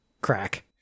Crack